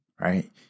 right